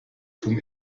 zum